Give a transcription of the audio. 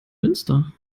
münster